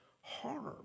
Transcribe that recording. harm